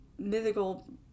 mythical